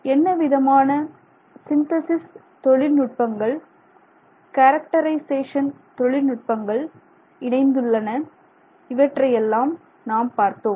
என்னவிதமான synthesis தொழில்நுட்பங்கள் characterisation தொழில்நுட்பங்கள் இணைந்துள்ளன இவற்றையெல்லாம் நாம் பார்த்தோம்